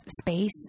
space